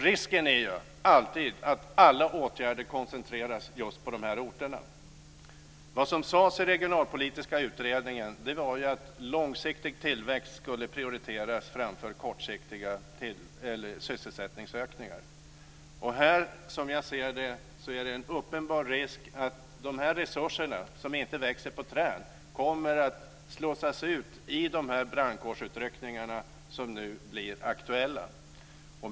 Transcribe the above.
Risken är alltid att alla åtgärder koncentreras på dessa orter. Det som sades i den regionalpolitiska utredningen var att långsiktig tillväxt skulle prioriteras framför kortsiktiga sysselsättningsökningar. Här är det en uppenbar risk för att dessa resurser, som inte växer på träd, kommer att slussas ut i de brandkårsutryckningar som nu blir aktuella.